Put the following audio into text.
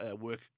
work